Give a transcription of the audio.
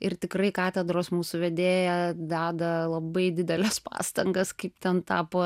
ir tikrai katedros mūsų vedėja deda labai dideles pastangas kaip ten tapo